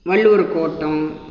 Valluvar Kottam